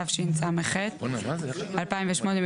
התשס"ח 2008,